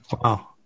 Wow